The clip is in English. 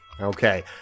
Okay